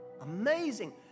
Amazing